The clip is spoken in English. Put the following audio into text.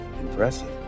Impressive